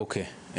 אוקיי.